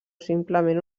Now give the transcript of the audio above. simplement